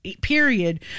period